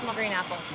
green apple!